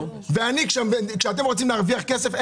כשאתם רוצים להרוויח כסף,